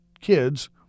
kids